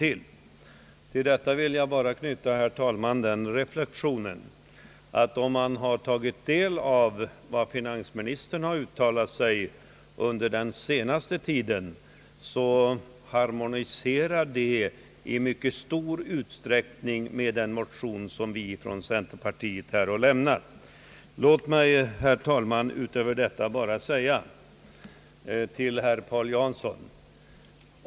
Till detta vill jag, herr talman, knyta den reflexionen, att om man har tagit del av vad finansministern har uttalat under den senaste tiden, finner man att dessa uttalanden harmonierar i mycket stor utsträckning med tankegångarna i den motion som vi från centerpartiets sida har väckt. Låt mig, herr talman, utöver detta bara säga följande till herr Paul Jansson!